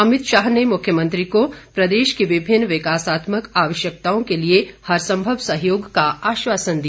अमित शाह ने मुख्यमंत्री को प्रदेश की विभिन्न विकासात्मक आवश्यकताओं के लिए हर सम्भव सहयोग का आश्वासन दिया